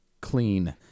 clean